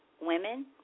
women